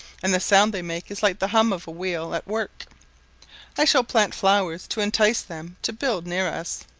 and the sound they make is like the hum of a wheel at work i shall plant flowers to entice them to build near us.